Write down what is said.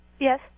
Yes